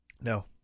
No